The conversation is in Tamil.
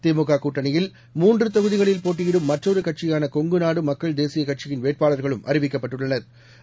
தி மு க கூட்டணியில் மூன்றுதொகுதிகளில் போட்டியிடும் மற்றொருகட்சியானகொங்குநாடுமக்கள் தேசியகட்சியின் வேட்பாளா்களும் அறிவிக்கப்பட்டுள்ளனா்